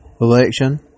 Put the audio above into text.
election